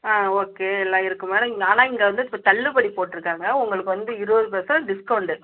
ஆ okay எல்லாம் இருக்குது madam ஆனால் இங்கே வந்து இப்போ தள்ளுபடி போட்டிருக்காங்க உங்களுக்கு வந்து இருபது பர்சென்ட் டிஸ்கவுண்டு